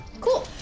cool